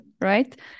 right